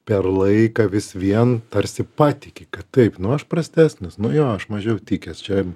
per laiką vis vien tarsi patiki kad taip nu aš prastesnis nu jo aš mažiau tikęs čia